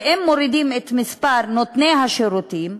ואם מורידים את מספר נותני השירותים,